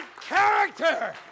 character